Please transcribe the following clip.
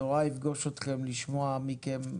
יוראי יפגוש אתכם לשמוע מכם,